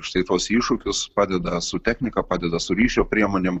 štai tuos iššūkius padeda su technika padeda su ryšio priemonėm